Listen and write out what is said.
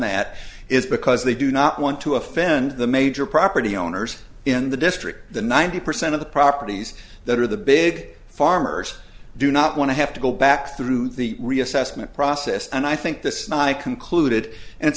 that is because they do not want to offend the major property owners in the district the ninety percent of the properties that are the big farmers do not want to have to go back through the reassessment process and i think this nie concluded and it